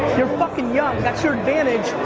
you're fuckin' young, that's your advantage.